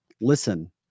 listen